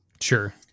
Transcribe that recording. Sure